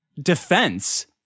defense